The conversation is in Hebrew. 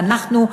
ואנחנו,